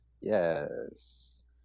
Yes